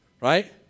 Right